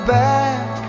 back